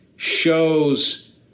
Shows